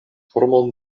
formon